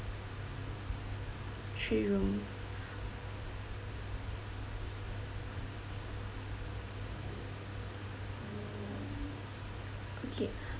three rooms okay